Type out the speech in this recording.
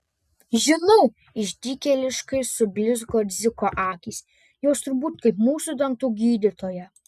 žinau išdykėliškai sublizgo dziko akys jos turbūt kaip mūsų dantų gydytoja